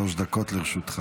שלוש דקות לרשותך.